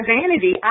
vanity